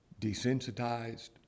Desensitized